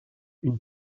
une